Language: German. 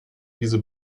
diese